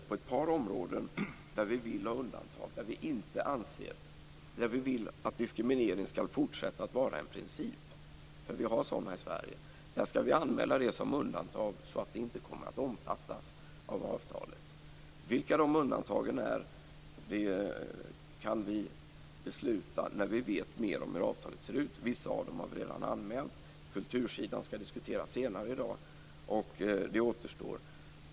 På ett par områden där vi vill ha undantag, där vi vill att diskriminering skall fortsätta att vara en princip - för vi har sådana områden i Sverige - skall vi anmäla undantag, så att vi där inte kommer att omfattas av avtalet. Vilka de undantagen är kan vi besluta om när vi vet mer om hur avtalet ser ut. Vissa av dem har vi redan anmält. Kulturområdet, som skall diskuteras senare i dag, återstår.